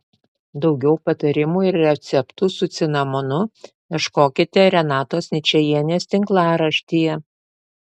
daugiau patarimų ir receptų su cinamonu ieškokite renatos ničajienės tinklaraštyje